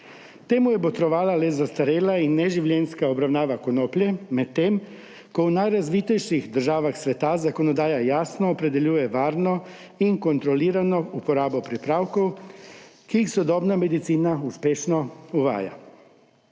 Temu je botrovala le zastarela in neživljenjska obravnava konoplje, medtem ko v najrazvitejših državah sveta zakonodaja jasno opredeljuje varno in kontrolirano uporabo pripravkov, ki jih sodobna medicina uspešno uvaja.